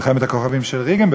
מלחמת הכוכבים של רייגן.